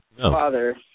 father